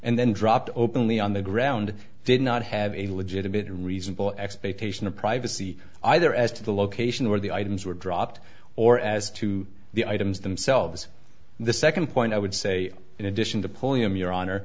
and then dropped openly on the ground did not have a legitimate reasonable expectation of privacy either as to the location where the items were dropped or as to the items themselves the second point i would say in addition to pulliam your honor